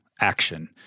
action